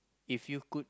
if you could